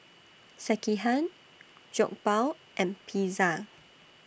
Sekihan Jokbal and Pizza